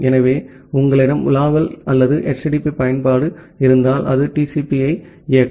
ஆகவே உங்களிடம் உலாவல் அல்லது HTTP பயன்பாடு இருந்தால் அது TCP ஐ இயக்கும்